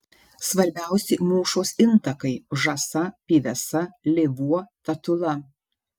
svarbiausi mūšos intakai žąsa pyvesa lėvuo tatula